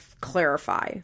clarify